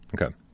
Okay